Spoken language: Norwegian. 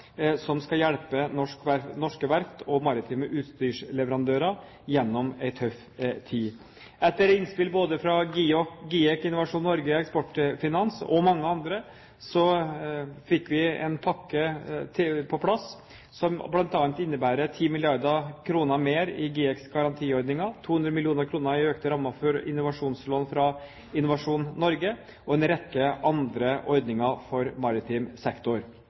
som skal hjelpe norske verft og maritime utstyrsleverandører igjennom en tøff tid. Etter innspill både fra GIEK, Innovasjon Norge, Eksportfinans og mange andre fikk vi på plass en pakke som bl.a. innebærer 10 mrd. kr mer i GIEKs garantiordninger, 200 mill. kr i økte rammer for innovasjonslån fra Innovasjon Norge og en rekke andre ordninger for maritim sektor.